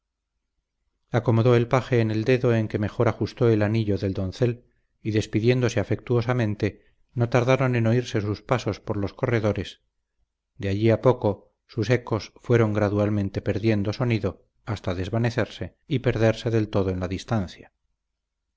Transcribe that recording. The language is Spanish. desempeñada acomodó el paje en el dedo en que mejor ajustó el anillo del doncel y despidiéndose afectuosamente no tardaron en oírse sus pasos por los corredores de allí a poco sus ecos fueron gradualmente perdiendo sonido hasta desvanecerse y perderse del todo en la distancia